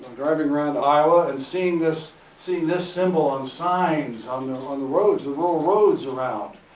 driving around iowa, and seeing, this seeing this symbol on signs on them on the roads, the rural roads around.